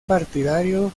partidario